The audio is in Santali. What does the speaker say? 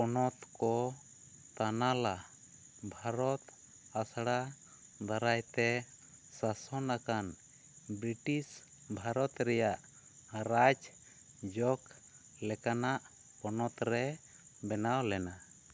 ᱯᱚᱱᱚᱛ ᱠᱚ ᱛᱟᱱᱟᱞᱟ ᱵᱷᱟᱨᱚᱛ ᱟᱥᱟᱲᱟ ᱫᱟᱨᱟᱡ ᱛᱮ ᱥᱟᱥᱚᱱ ᱟᱠᱟᱱ ᱵᱨᱤᱴᱤᱥ ᱵᱷᱟᱨᱚᱛ ᱨᱮᱭᱟᱜ ᱨᱟᱡᱽ ᱡᱚᱠ ᱞᱮᱠᱟᱱᱟᱜ ᱯᱚᱱᱚᱛ ᱨᱮ ᱵᱮᱱᱟᱣ ᱞᱮᱱᱟ